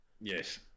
Yes